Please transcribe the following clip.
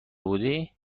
بودی